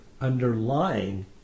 underlying